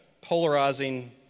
polarizing